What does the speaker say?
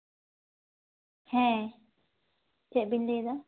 ᱦᱮᱸ ᱪᱮᱫᱵᱤᱱ ᱞᱟᱹᱭᱫᱟ